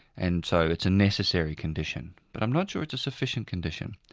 and so it's a necessary condition. but i'm not sure it's a sufficient condition.